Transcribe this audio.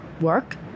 work